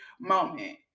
moment